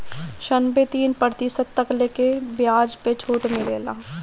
ऋण पे तीन प्रतिशत तकले के बियाज पे छुट मिलेला